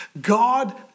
God